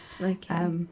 Okay